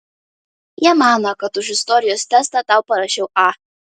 jie mano kad už istorijos testą tau parašiau a